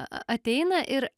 ateina ir